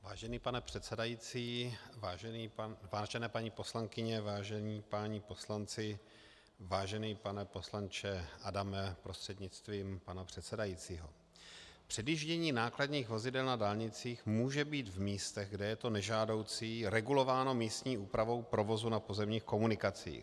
Vážený pane předsedající, vážené paní poslankyně, vážení páni poslanci, vážený pane poslanče Adame prostřednictvím pana předsedajícího, předjíždění nákladních vozidel na dálnicích může být v místech, kde je to nežádoucí, regulováno místní úpravou provozu na pozemních komunikacích.